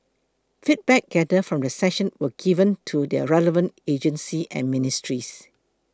feedback gathered from the session will be given to the relevant agencies and ministries